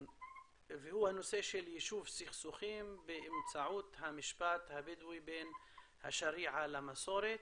והוא הנושא של יישוב סכסוכים באמצעות המשפט הבדואי בין השריעה למסורת.